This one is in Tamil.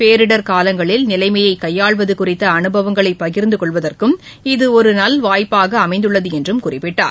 பேரிடர் காலங்களில் நிலைமையை கையாள்வது குறித்த அனுபவங்களைப் பகிர்ந்து கொள்வதற்கும் இது ஒரு நல்லவாய்ப்பாக அமைந்துள்ளது என்றும் குறிப்பிட்டார்